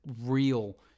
real